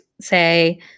say